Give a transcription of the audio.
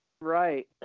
Right